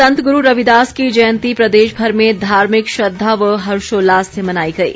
संत गुरू रविदास की जयंती प्रदेश भर में धार्मिक श्रद्धा व हर्षोल्लास से मनाई गई